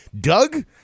Doug